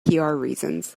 reasons